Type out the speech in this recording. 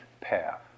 path